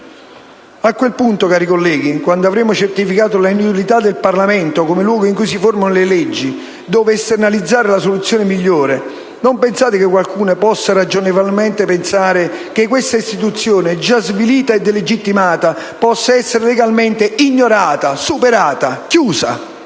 A quel punto, cari colleghi, quando avremo certificato l'inutilità del Parlamento come luogo in cui si formano le leggi, dove esternalizzare è la soluzione migliore, non pensate che qualcuno possa ragionevolmente pensare che questa istituzione, già svilita e delegittimata, possa essere legalmente ignorata, superata, chiusa?